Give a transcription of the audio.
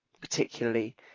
particularly